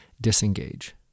disengage